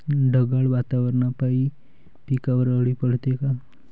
ढगाळ वातावरनापाई पिकावर अळी पडते का?